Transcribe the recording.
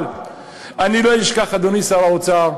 אבל אני לא אשכח, אדוני שר האוצר,